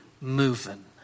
moving